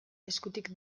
eskutik